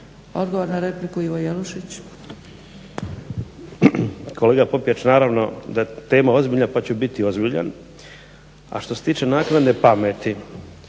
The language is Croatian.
Odgovor na repliku, Ivo Jelušić. **Jelušić, Ivo (SDP)** Kolega Popijač, naravno da je tema ozbiljna pa ću biti ozbiljna. A što se tiče naknadne pameti,